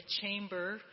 chamber